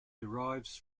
derives